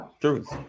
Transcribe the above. Truth